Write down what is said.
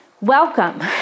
welcome